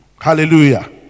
hallelujah